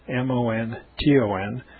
M-O-N-T-O-N